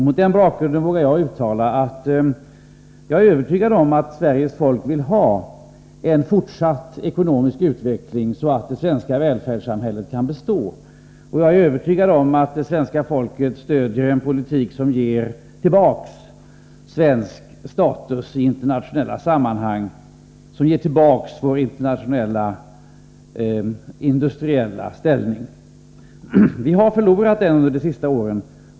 Mot denna bakgrund vågar jag uttala att jag är övertygad om att Sveriges folk vill ha en fortsatt ekonomisk utveckling som gör att det svenska välfärdssamhället kan bestå. Jag är också övertygad om att det svenska folket stödjer en politik som ger oss tillbaka vår status och industriella ställning i internationella sammanhang. Vi har förlorat den under de senaste åren.